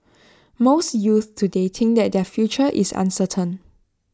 most youths today think that their future is uncertain